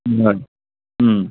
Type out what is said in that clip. হয়